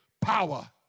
power